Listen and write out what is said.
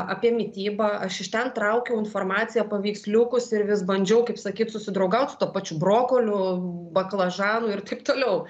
apie mitybą aš iš ten traukiau informaciją paveiksliukus ir vis bandžiau kaip sakyt susidraugaut su tuo pačiu brokoliu baklažanu ir taip toliau